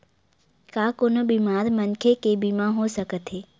का कोनो बीमार मनखे के बीमा हो सकत हे?